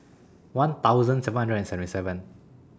one thousand seven hundred and seventy seven